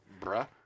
bruh